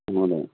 महोदय